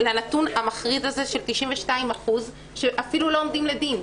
לנתון המחריד הזה של 92% שאפילו לא עומדים לדין.